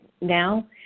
now